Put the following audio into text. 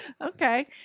Okay